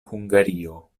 hungario